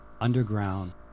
underground